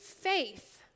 faith